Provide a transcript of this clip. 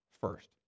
first